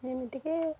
ଯେମିତିକି